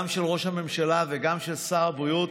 גם של ראש הממשלה וגם של שר הבריאות,